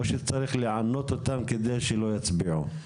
או שצריך לענות אותם כדי שלא יצביעו?